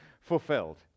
fulfilled